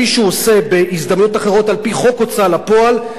כפי שהוא עושה בהזדמנויות אחרות על-פי חוק ההוצאה לפועל,